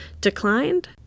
declined